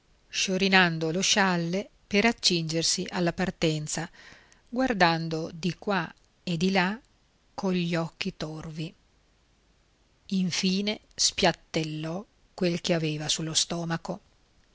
sciorinando lo scialle per accingersi alla partenza guardando di qua e di là cogli occhi torvi infine spiattellò quel che aveva sullo stomaco